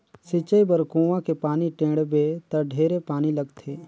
सिंचई बर कुआँ के पानी टेंड़बे त ढेरे पानी लगथे